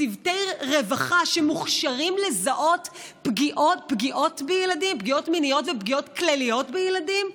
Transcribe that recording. צוותי רווחה שמוכשרים לזהות פגיעות מיניות ופגיעות כלליות בילדים?